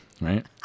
right